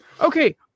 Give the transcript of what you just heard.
Okay